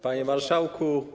Panie Marszałku!